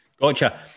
gotcha